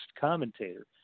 commentator